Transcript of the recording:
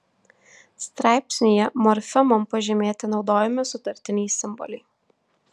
straipsnyje morfemom pažymėti naudojami sutartiniai simboliai